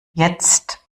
jetzt